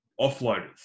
offloaders